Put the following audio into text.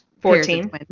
Fourteen